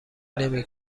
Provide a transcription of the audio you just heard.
نمی